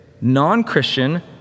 non-Christian